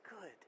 good